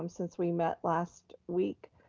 um since we met last week,